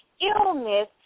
illness